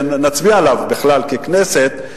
יש החלטה של בג"ץ משנת 2006 לשנות את ההגדרות